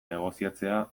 negoziatzea